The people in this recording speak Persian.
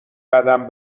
قدم